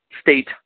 state